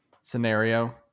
scenario